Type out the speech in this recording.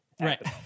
Right